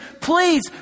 please